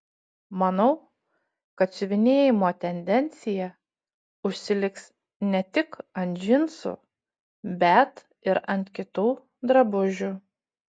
manau kad siuvinėjimo tendencija užsiliks ne tik ant džinsų bet ir ant kitų drabužių